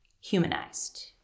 humanized